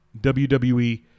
WWE